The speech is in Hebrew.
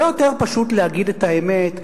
לא יותר פשוט להגיד את האמת?